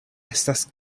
estas